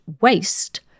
waste